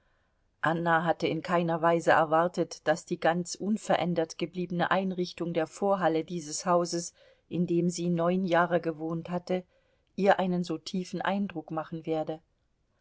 anna hatte in keiner weise erwartet daß die ganz unverändert gebliebene einrichtung der vorhalle dieses hauses in dem sie neun jahre gewohnt hatte ihr einen so tiefen eindruck machen werde